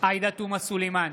עאידה תומא סלימאן,